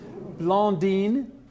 Blondine